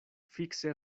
fikse